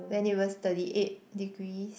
when it was thirty eight degrees